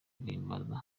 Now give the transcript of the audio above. guhimbaza